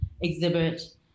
exhibit